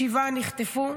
שבע נחטפו,